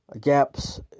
Gaps